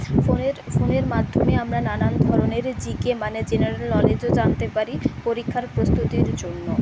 ফোনের ফোনের মাধ্যমে আমরা নানান ধরনের জিকে মানে জেনারেল নলেজও জানতে পারি পরীক্ষার প্রস্তুতির জন্য